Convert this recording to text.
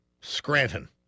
Scranton